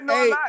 Hey